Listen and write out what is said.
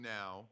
now